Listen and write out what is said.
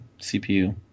CPU